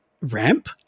ramp